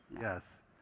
Yes